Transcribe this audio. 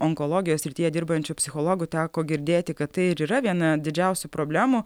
onkologijos srityje dirbančių psichologų teko girdėti kad tai ir yra viena didžiausių problemų